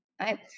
Right